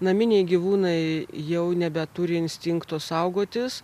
naminiai gyvūnai jau nebeturi instinkto saugotis